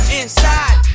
inside